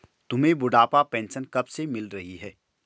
तुम्हें बुढ़ापा पेंशन कब से मिल रही है?